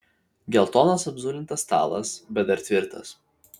geltonas apzulintas stalas bet dar tvirtas